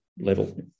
level